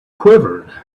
quivered